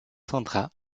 sandra